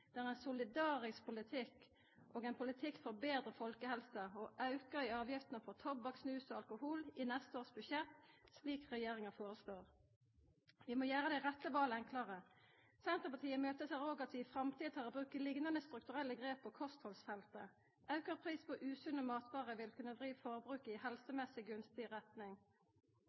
Det er ein solidarisk politikk og ein politikk for betre folkehelse å auka avgiftene på tobakk, snus og alkohol i neste års budsjett, slik regjeringa foreslår. Vi må gjera dei rette vala enklare. Senterpartiet ventar òg at vi i framtida tek i bruk liknande strukturelle grep på kosthaldsfeltet. Auka pris på usunne matvarer vil kunna vri forbruket i helsemessig gunstig retning.